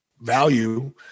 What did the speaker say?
value